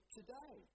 today